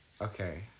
Okay